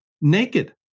naked